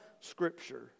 Scripture